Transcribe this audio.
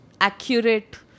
accurate